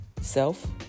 self